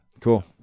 Cool